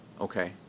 Okay